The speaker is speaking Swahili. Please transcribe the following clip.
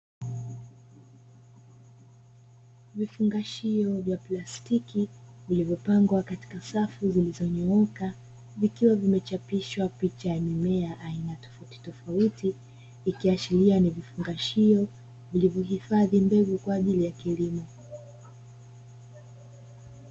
Vifungashio vya plastiki vilivyopangwa katika safu zilizonyooka vikiwa vimechapishwa picha ya mimea aina tofauti tofauti ikiashiria ni vifungashio vinavo hifadhi mbegu kwa ajili ya kilimo.